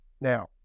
Now